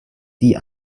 die